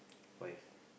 wife